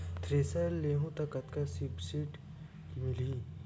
Thresher लेहूं त कतका सब्सिडी मिलही?